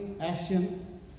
action